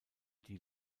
die